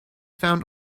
found